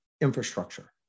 Infrastructure